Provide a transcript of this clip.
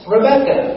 Rebecca